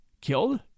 Killed